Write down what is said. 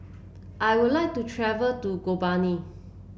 I would like to travel to Gaborone